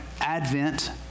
Advent